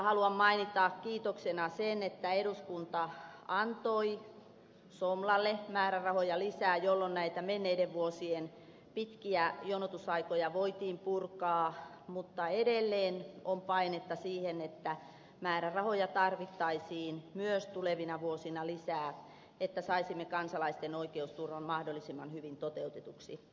haluan mainita kiitoksena sen että eduskunta antoi somlalle määrärahoja lisää jolloin näitä menneiden vuosien pitkiä jonotusaikoja voitiin purkaa mutta edelleen on painetta siihen että määrärahoja tarvittaisiin myös tulevina vuosina lisää että saisimme kansalaisten oikeusturvan mahdollisimman hyvin toteutetuksi